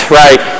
right